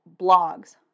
blogs